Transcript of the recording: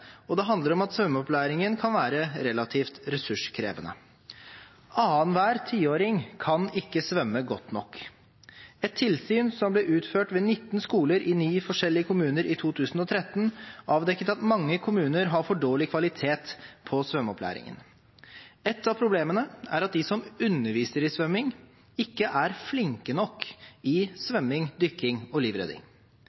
og det handler om at svømmeopplæringen kan være relativt ressurskrevende. Annenhver tiåring kan ikke svømme godt nok. Et tilsyn som ble utført ved 19 skoler i 9 forskjellige kommuner i 2013, avdekket at mange kommuner har for dårlig kvalitet på svømmeopplæringen. Et av problemene er at de som underviser i svømming, ikke er flinke nok i svømming, dykking og